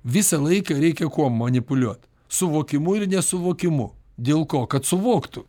visą laiką reikia kuo manipuliuot suvokimu ir nesuvokimu dėl ko kad suvoktų